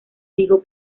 digo